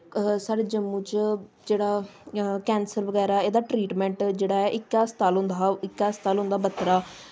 साढ़े जम्मू च जेह्ड़ा कैंसर बगैरा एह्दा ट्रीटमैंट जेह्ड़ा इक्कै अस्पताल होंदा हा क्कै अस्पताल होंदा हा बत्रा